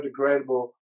biodegradable